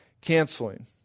canceling